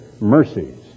mercies